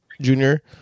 Junior